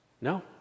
No